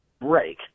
break